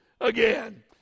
again